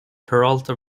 peralta